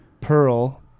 Pearl